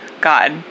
God